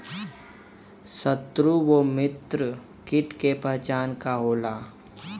सत्रु व मित्र कीट के पहचान का होला?